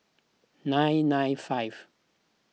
nine nine five